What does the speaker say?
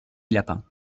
lapin